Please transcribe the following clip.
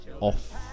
off